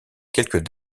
quelques